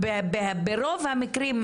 ברוב המקרים,